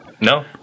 No